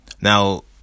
Now